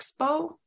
Expo